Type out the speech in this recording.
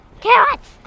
Carrots